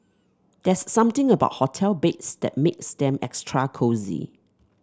there's something about hotel beds that makes them extra cosy